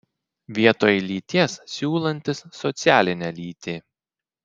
vietoj lyties siūlantis socialinę lytį